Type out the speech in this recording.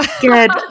Good